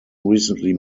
recently